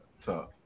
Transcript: tough